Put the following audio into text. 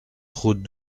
route